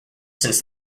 since